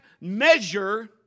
measure